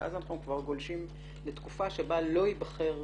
ואז אנחנו כבר גולשים לתקופה שבה לא ייבחר